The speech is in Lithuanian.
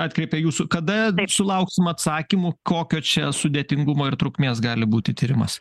atkreipia jūsų kada sulauksim atsakymų kokio čia sudėtingumo ir trukmės gali būti tyrimas